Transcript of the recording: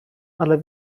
ale